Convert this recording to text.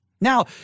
Now